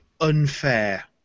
unfair